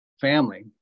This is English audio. family